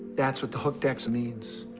that's what the hooked x means.